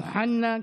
אמיר אוחנה,